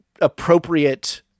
appropriate